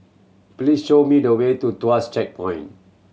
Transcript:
please show me the way to Tuas Checkpoint